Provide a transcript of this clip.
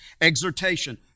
exhortation